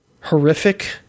horrific